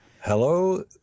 Hello